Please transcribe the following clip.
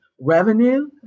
Revenue